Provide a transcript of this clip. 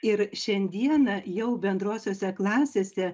ir šiandieną jau bendrosiose klasėse